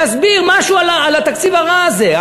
להסביר משהו על התקציב הרע הזה,